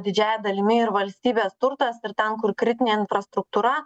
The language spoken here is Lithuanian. didžiąja dalimi ir valstybės turtas ir ten kur kritinė infrastruktūra